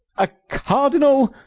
a cardinal!